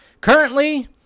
currently